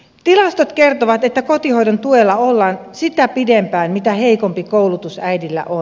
tilastot kertovat että kotihoidon tuella ollaan sitä pidempään mitä heikompi koulutus äidillä on